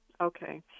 Okay